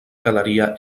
galeria